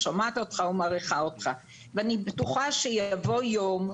שומעת אותך ומעריכה אותך ואני בטוחה שיבוא ימים,